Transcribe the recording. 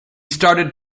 started